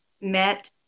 met